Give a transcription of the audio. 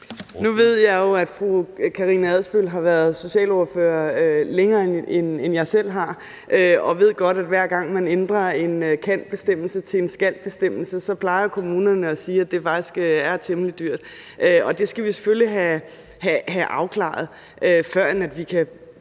Nu ved jeg jo, at fru Karina Adsbøl har været socialordfører længere, end jeg selv har, og at hun ved, at hver gang man ændrer en »kan«-bestemmelse til en »skal«-bestemmelse, så plejede kommunerne at sige, at det faktisk er temmelig dyrt. Og det skal vi selvfølgelig have afklaret, før vi kan